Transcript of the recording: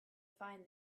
find